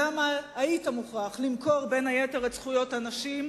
למה היית מוכרח למכור, בין היתר, את זכויות הנשים,